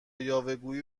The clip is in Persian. یاوهگویی